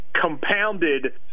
compounded